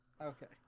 Okay